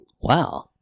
wow